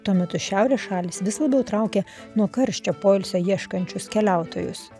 tuo metu šiaurės šalys vis labiau traukia nuo karščio poilsio ieškančius keliautojus